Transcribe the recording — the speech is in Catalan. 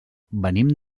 venim